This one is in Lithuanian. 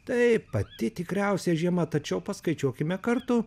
taip pati tikriausia žiema tačiau paskaičiuokime kartu